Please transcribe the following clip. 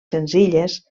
senzilles